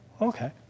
Okay